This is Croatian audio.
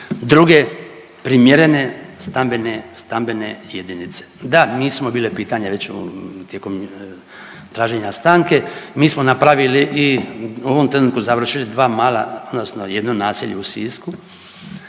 druge primjerene stambene jedinice. Da, mi smo bili pitanje već tijekom traženja stanke, mi smo napravili i u ovom trenutku završili dva mala, odnosno jedno naselje u Sisku